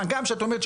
מה גם שאת אומרת,